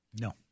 No